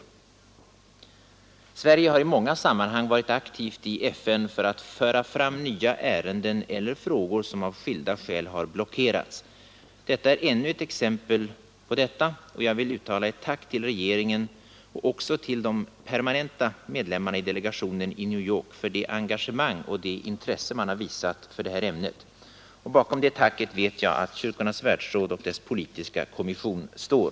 Sverige har i många sammanhang varit aktivt inom FN för att föra fram nya ärenden eller frågor som av skilda skäl har blockerats. Detta är ännu ett exempel därpå, och jag vill uttala ett tack till regeringen liksom till medlemmarna i den permanenta delegationen i New York för det engagemang och det intresse man visat för detta ämne. Bakom det tacket vet jag att Kyrkornas världsråd och dess politiska kommission står.